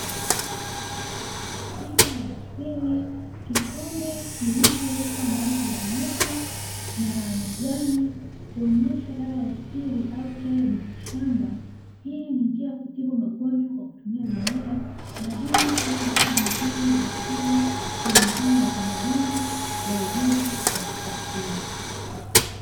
Tiba ya asili kikombe kilichowekwa maji ya moto na majani kuonyesha dawa ya asili au chai ya miti shamba, hii ni njia ya kutibu magonjwa kwa kutumia mimea madini au vitu vingine vya asili kulingana na tamaduni na ujuzi wa kiasili.